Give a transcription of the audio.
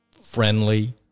friendly